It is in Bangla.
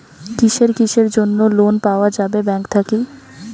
কিসের কিসের জন্যে লোন পাওয়া যাবে ব্যাংক থাকি?